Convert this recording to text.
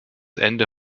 ende